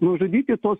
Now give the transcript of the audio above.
nužudyti tuos